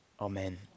Amen